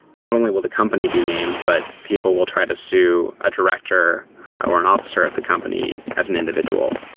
not only will the company be named, but people will try to sue a director or an officer of the company as an individual.